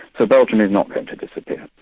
ah belgium is not going to disappear.